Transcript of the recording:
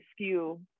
skew